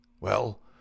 Well